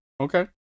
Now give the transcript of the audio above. Okay